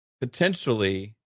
potentially